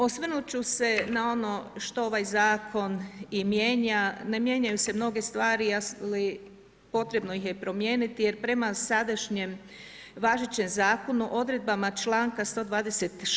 Osvrnuti ću se na ono što ovaj zakon mijenja, ne mijenjaju se mnoge stvari, ali potrebno ih je promijeniti, jer prema sadašnjem, važećem zakonu, odredbama čl. 126.